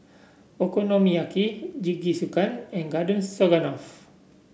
Okonomiyaki Jingisukan and Garden Stroganoff